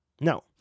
No